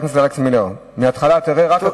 אל תדבר על נדל"ן, לך